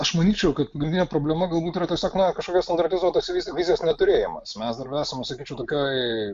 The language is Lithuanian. aš manyčiau kad pagrindinė problema galbūt yra tiesiog na kažkokios standartizuotos viz vizijos neturėjimas mes dar esam sakyčiau tokioj